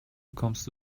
bekommst